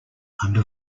under